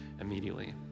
immediately